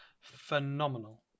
phenomenal